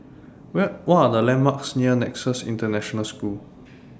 What Are The landmarks near Nexus International School